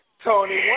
Tony